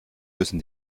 müssen